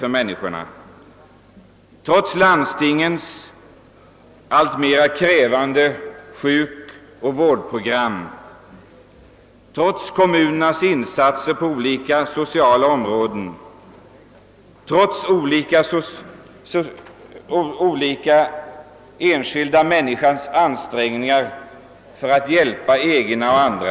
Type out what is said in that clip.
för människorna, trots landstingens alltmera krävande sjukoch vårdprogram, trots kommunernas insatser på olika sociala områden, trots enskilda människors ansträngningar för att hjälpa sina egna anhöriga och andra.